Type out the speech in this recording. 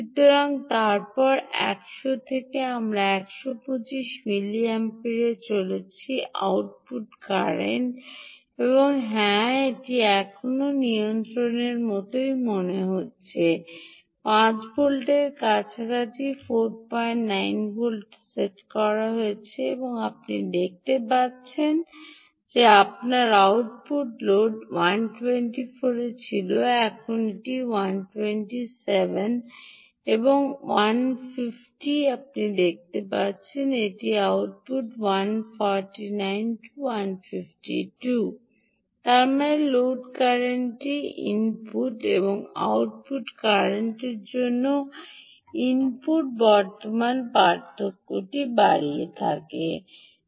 সুতরাং তারপর 100 থেকে আমরা 125 মিলিঅ্যাম্পিয়ারে চলে এসেছি আউটপুট কারেন্ট এবং হ্যাঁ এটিকে এখনও নিয়ন্ত্রণের মতো মনে হচ্ছে 5 ভোল্টের কাছাকাছি 495 ভোল্ট সেট করা হয়েছে এবং আপনি দেখতে পাচ্ছেন যে আপনার আউটপুট লোড 124 এ ছিল এবং এটি ছিল 127 এবং এখন 150 এ আপনি দেখতে পাচ্ছেন এটি আউটপুটে 149 152 তার মানে লোড কারেন্টটি ইনপুট এবং আউটপুট কারেন্টের মধ্যে ইনপুট বর্তমান পার্থক্যটি বাড়ায় ঠিকই